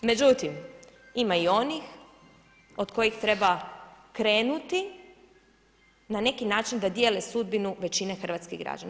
Međutim, ima i onih od kojih treba krenuti na neki način da dijele sudbinu većine hrvatskih građana.